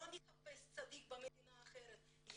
אבל אני רוצה לקבל את התכנית.